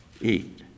eat